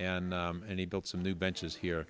and and he built some new benches here